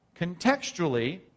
Contextually